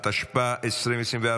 התשפ"ה 2024,